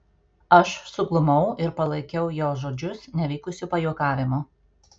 aš suglumau ir palaikiau jo žodžius nevykusiu pajuokavimu